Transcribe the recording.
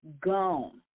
gone